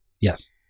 Yes